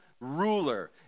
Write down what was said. ruler